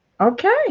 okay